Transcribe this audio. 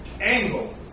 angle